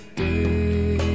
day